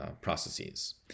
processes